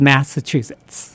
Massachusetts